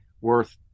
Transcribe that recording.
worth